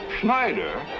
Schneider